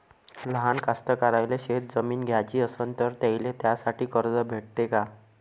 लहान कास्तकाराइले शेतजमीन घ्याची असन तर त्याईले त्यासाठी कर्ज भेटते का?